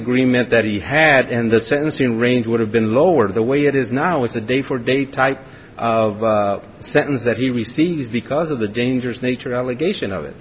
agreement that he had and the sentencing range would have been lower the way it is now with the day for day type of sentence that he receives because of the dangerous nature allegation of it